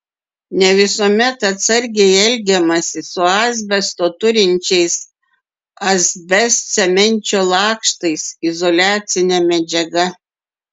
ne visuomet atsargiai elgiamasi su asbesto turinčiais asbestcemenčio lakštais izoliacine medžiaga